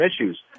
issues